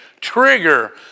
trigger